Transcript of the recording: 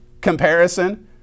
comparison